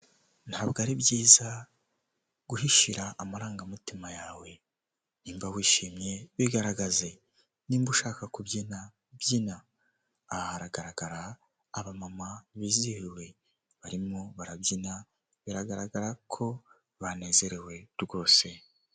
Ntabwo ari byiza guhishi amarangamutima yawe, ni niba wishimye bigaragaze, nimba ushaka kubyina, byina, hagaragara abamama bizihiwe, barimo barabyina biragaragara ko banezerewe rwose.